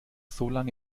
solange